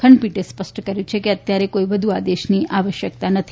ખંડપીઠે સ્પષ્ટ કર્યું કે અત્યારે કોઈ વ્ધુ આદેશની આવશ્યકતા નથી